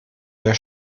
der